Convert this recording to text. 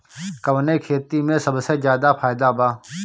कवने खेती में सबसे ज्यादा फायदा बा?